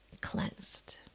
cleansed